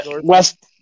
West